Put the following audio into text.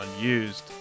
unused